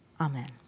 Amen